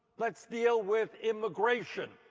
let's deal with immigration.